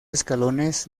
escalones